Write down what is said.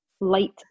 light